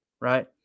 Right